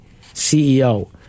CEO